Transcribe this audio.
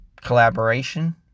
collaboration